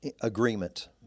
agreement